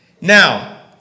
Now